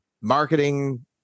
marketing